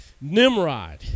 Nimrod